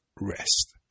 rest